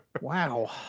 Wow